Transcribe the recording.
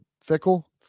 fickle